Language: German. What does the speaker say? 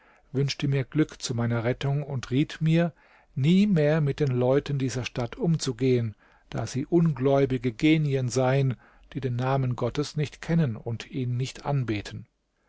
wünschte mir glück zu meiner rettung und riet mir nie mehr mit den leuten dieser stadt umzugehen da sie ungläubige genien seien die den namen gottes nicht kennen und ihn nicht anbeten